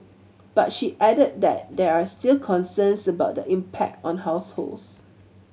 but she added that there are still concerns about the impact on households